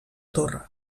torre